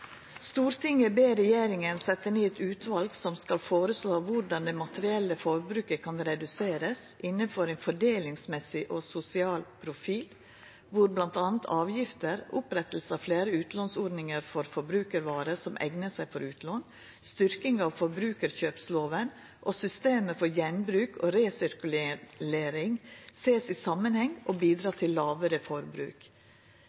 ber regjeringen sette ned et utvalg som skal foreslå hvordan det materielle forbruket kan reduseres, innenfor en fordelingsmessig og sosial profil, hvor blant annet avgifter, opprettelse av flere utlånsordninger for forbrukervarer som egner seg for utlån, styrking av forbrukerkjøpsloven, og systemer for gjenbruk og resirkulering ses i sammenheng og